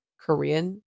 Korean